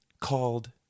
called